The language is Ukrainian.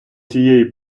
цієї